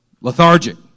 lethargic